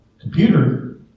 computer